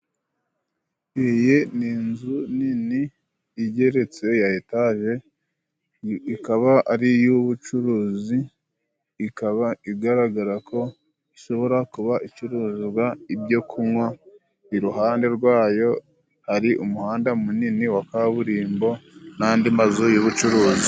Iyi ni inzu nini igeretse ya etaje ikaba ari iy'ubucuruzi, ikaba igaragarako ishobora kuba icuruzwa ibyo kunywa, iruhande rwayo hari umuhanda munini wa kaburimbo n'andi mazu y'ubucuruzi.